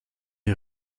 est